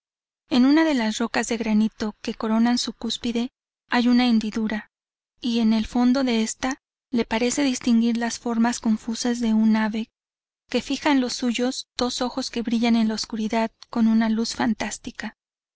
en una de las rocas de granito que coronan su cúspide hay una hendidura y en el fondo de ésta le parece distinguir las formas confusas de un ave que fija en los suyos dos ojos que brillan en la oscuridad con una luz fantástica